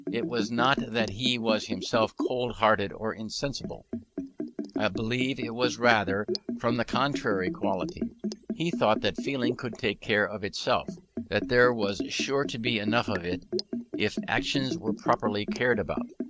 it was not that he was himself cold-hearted or insensible i believe it was rather from the contrary quality he thought that feeling could take care of itself that there was sure to be enough of it if actions were properly cared about.